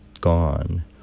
gone